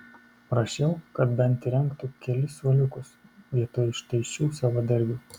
prašiau kad bent įrengtų kelis suoliukus vietoj štai šių savadarbių